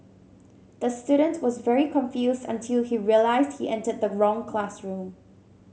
the student was very confused until he realised he entered the wrong classroom